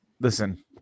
Listen